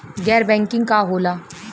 गैर बैंकिंग का होला?